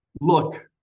look